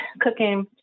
cooking